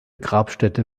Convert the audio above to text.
grabstätte